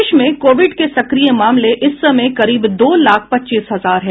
देश में कोविड के सक्रिय मामले इस समय करीब दो लाख पच्चीस हजार हैं